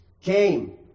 came